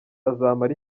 azamara